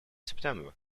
september